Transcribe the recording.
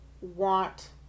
want